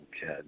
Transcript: kid